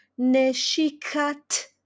neshikat